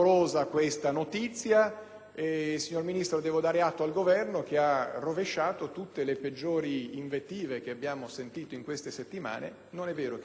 Signora Ministro, devo dare atto al Governo che ha rovesciato tutte le peggiori invettive che abbiamo ascoltato in queste settimane. Non è vero, dunque, che per il 2009 ci saranno tagli: